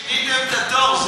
שיניתם את התור.